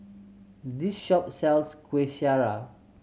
this shop sells Kueh Syara